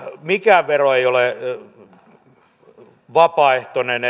mikään vero ei ole vapaaehtoinen